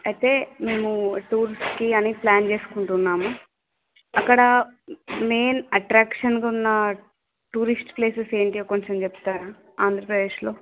అయితే మేము టూర్స్కి అని ప్లాన్ చేసుకుంటున్నాము అక్కడ మెయిన్ అట్రాక్షన్గా ఉన్న టూరిస్ట్ ప్లేసెస్ ఏంటి కొంచెం చెప్తారా ఆంధ్రప్రదేశ్లో